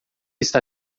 está